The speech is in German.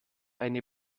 eine